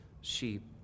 sheep